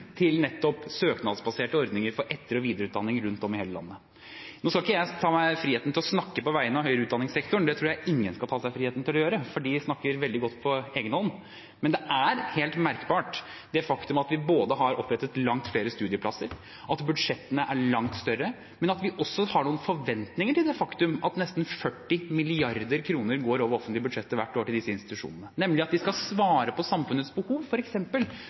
til nettopp søknadsbaserte ordninger for etter- og videreutdanning rundt om i hele landet. Nå skal jeg ikke ta meg friheten til å snakke på vegne av høyere utdanningssektoren. Det tror jeg ingen skal ta seg friheten til å gjøre, for de snakker veldig godt på egen hånd. Men det faktum at vi både har opprettet langt flere studieplasser og at budsjettene er langt større, er helt merkbart. Men vi har også noen forventninger til det faktum at nesten 40 mrd. kr går over offentlige budsjetter hvert år til disse institusjonene, nemlig at de skal svare på samfunnets behov,